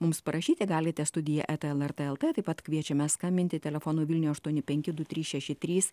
mums parašyti galite studija eta lrt lt taip pat kviečiame skambinti telefonu vilniuje aštuoni penki du trys šeši trys